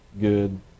good